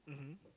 mmhmm